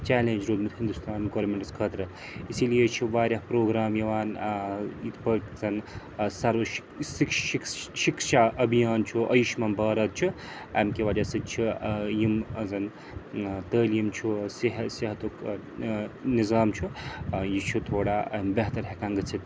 challenge روٗدمُت Hindustan governments خٲطرٕ اِسی لیے چھِ واریاہ پرٛوگرام یِوان ٲں یِتھ پٲٹھۍ زَن ٲں سَروٕ شِکشا ابھیان چھُ ایوٗشمان بھارَت چھُ اَمہِ کہِ وَجہ سۭتۍ چھُ ٲں یِم ٲں زَن ٲں تعلیٖم چھُ صحتُک ٲں ٲں نِظام چھُ ٲں یہِ چھُ تھوڑا ٲں بہتَر ہیٚکان گٔژھِتھ